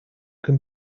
can